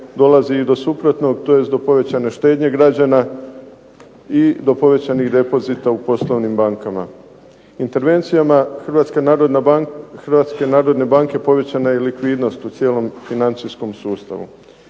dolazi i do suprotnog, tj. do povećane štednje građana i do povećanih depozita u poslovnim bankama. Intervencijama Hrvatske narodne banke povećana je i likvidnost u cijelom financijskom sustavu.